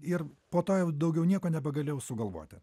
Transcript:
ir po to jau daugiau nieko nebegalėjau sugalvoti